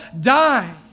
die